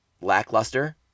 lackluster